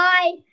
Bye